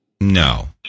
No